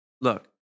look